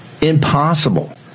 Impossible